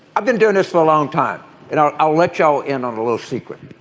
i've been doing this for a long time and i'll i'll let joe in on a little secret.